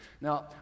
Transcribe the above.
Now